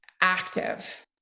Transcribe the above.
active